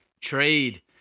trade